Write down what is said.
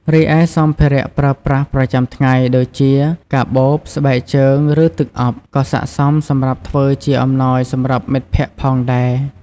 រីឯសម្ភារៈប្រើប្រាស់ប្រចាំថ្ងៃ ដូចជា កាបូប ស្បែកជើង ឬទឹកអប់ ក៏ស័ក្តិសមសម្រាប់ធ្វើជាអំណោយសម្រាប់មិត្តភក្ដិផងដែរ។